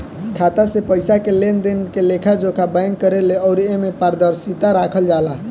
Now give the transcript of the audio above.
खाता से पइसा के लेनदेन के लेखा जोखा बैंक करेले अउर एमे पारदर्शिता राखल जाला